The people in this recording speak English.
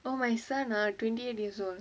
well my son ah twenty eight years old